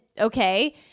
okay